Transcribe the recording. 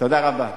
תודה רבה.